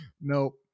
Nope